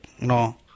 no